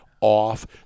off